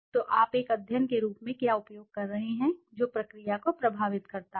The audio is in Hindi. तो आप एक अध्ययन के रूप में क्या उपयोग कर रहे हैं जो प्रक्रिया को प्रभावित करता है